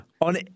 on